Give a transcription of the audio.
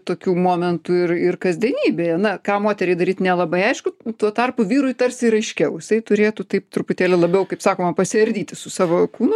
tokių momentų ir ir kasdienybėje na ką moteriai daryt nelabai aišku o tuo tarpu vyrui tarsi ir aiškiau jisai turėtų taip truputėlį labiau kaip sakoma pasiardyti su savo kūnu